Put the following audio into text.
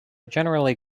generally